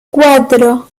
cuatro